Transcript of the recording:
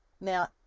Now